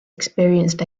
experienced